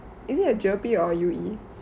is it a jerpy or U E